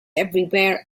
everywhere